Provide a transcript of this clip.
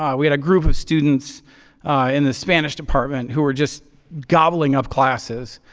um we had a group of students in the spanish department who were just gobbling up classes.